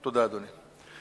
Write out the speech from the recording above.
תודה, אדוני.